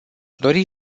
dori